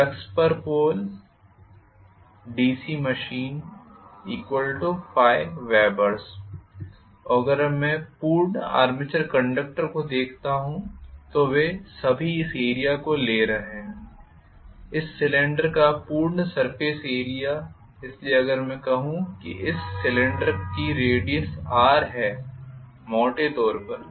flux पर pole DC machine ∅ webers और अगर मैं पूर्ण आर्मेचर कंडक्टर को देखता हूं तो वे सभी इस एरिया को ले रहे हैं इस सिलेंडर का पूर्ण सर्फेस एरिया इसलिए अगर मैं कहूं कि इस सिलेंडर की रेडीयस r है मोटे तौर पर